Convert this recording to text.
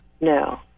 No